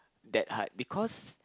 that hard because